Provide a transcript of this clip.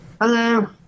hello